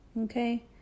okay